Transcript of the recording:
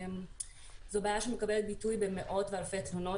זו בעיה שמקבלת ביטוי במאות ואלפי תלונות